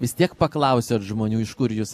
vis tiek paklausiat žmonių iš kur jūs